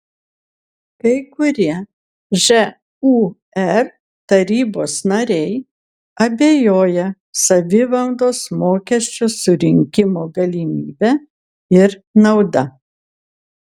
kai kurie žūr tarybos nariai abejoja savivaldos mokesčio surinkimo galimybe ir nauda